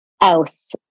Else